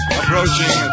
approaching